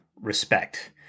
respect